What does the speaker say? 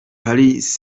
paris